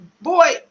Boy